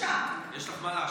יש לך למה להשוות?